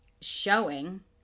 showing